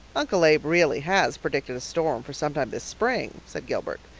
uncle abe really has predicted a storm for sometime this spring, said gilbert,